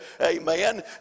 amen